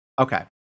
okay